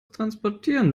transportieren